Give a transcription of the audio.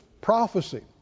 prophecy